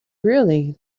really